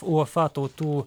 uefa tautų